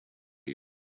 you